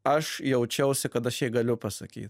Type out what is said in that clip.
aš jaučiausi kad aš jai galiu pasakyt